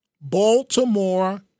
Baltimore